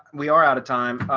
we are out of time.